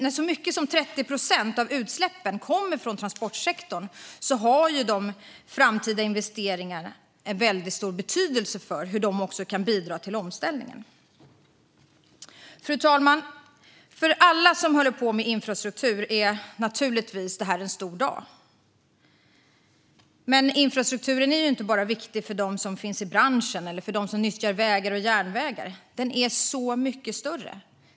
När så mycket som 30 procent av utsläppen kommer från transportsektorn är det klart att de framtida investeringarna har en väldigt stor betydelse för omställningen. Fru talman! För alla som håller på med infrastruktur är detta naturligtvis en stor dag. Men infrastrukturen är inte bara viktig för dem som finns i branschen eller för dem som nyttjar vägar eller järnvägar. Den är så mycket större.